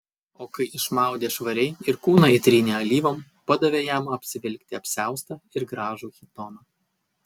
o kai išmaudė švariai ir kūną įtrynė alyvom padavė jam apsivilkti apsiaustą ir gražų chitoną